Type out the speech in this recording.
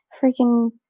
freaking